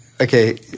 Okay